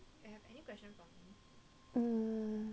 hmm